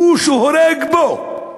הוא הורג בו.